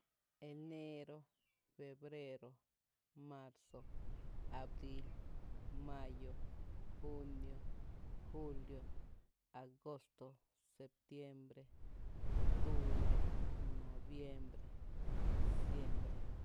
Eneero, febrero, marzo, abril, mayo, junio, julio, agosto, septiembre, octubre, noviembre, diciembre.